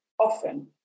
often